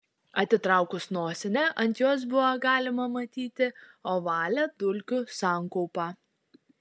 atitraukus nosinę ant jos buvo galima matyti ovalią dulkių sankaupą